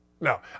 No